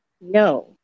No